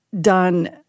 done